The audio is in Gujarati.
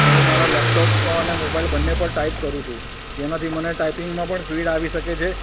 હું મારા લેપટોપ અને મોબાઈલ બંને પર ટાઈપ કરું છું જેનાથી મને ટાઈપિંગમાં પણ સ્પીડ આવી શકે છે